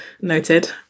noted